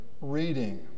reading